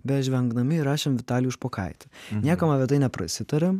bežvengdami įrašėm vitalijų špokaitį niekam apie tai neprasitarėm